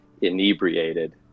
inebriated